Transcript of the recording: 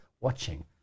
watching